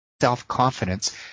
self-confidence